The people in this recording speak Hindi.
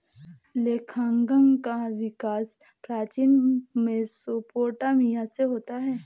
लेखांकन का विकास प्राचीन मेसोपोटामिया से होता है